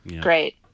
Great